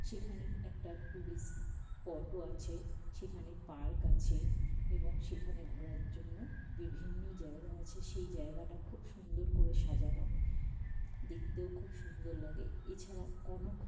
সেখানে একটা টুরিস্ট স্পটও আছে সেখানে পার্ক আছে এবং সেখানে ঘোরার জন্য বিভিন্ন জায়গা আছে সেই জায়গাটা খুব সুন্দর করে সাজানো দেখতেও খুব সুন্দর লাগে এছাড়াও